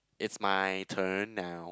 it's my turn now